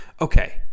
Okay